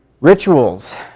Rituals